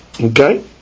Okay